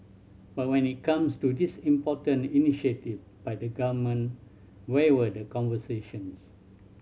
but when it comes to this important initiative by the Government where were the conversations